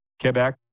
Quebec